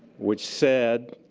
which said,